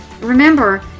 remember